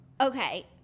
Okay